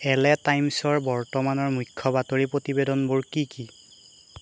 LA টাইম্ছৰ বৰ্তমানৰ মুখ্য বাতৰি প্ৰতিবেদনবোৰ কি কি